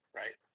right